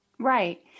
Right